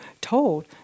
told